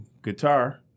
Guitar